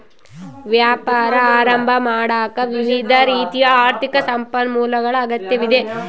ವ್ಯಾಪಾರ ಆರಂಭ ಮಾಡಾಕ ವಿವಿಧ ರೀತಿಯ ಆರ್ಥಿಕ ಸಂಪನ್ಮೂಲಗಳ ಅಗತ್ಯವಿದೆ